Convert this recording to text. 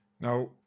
Now